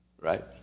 right